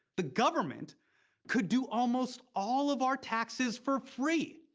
the government could do almost all of our taxes for free!